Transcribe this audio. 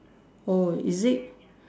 oh is it